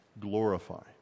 glorified